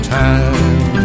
time